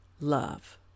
love